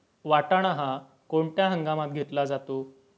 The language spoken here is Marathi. वाटाणा हा कोणत्या हंगामात घेतला जातो?